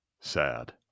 sad